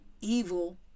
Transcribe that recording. Evil